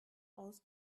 aus